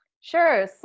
Sure